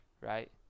right